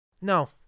No